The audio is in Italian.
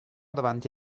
davanti